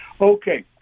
Okay